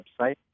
website